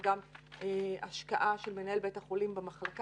וגם השקעה של מנהל בית החולים במחלקה.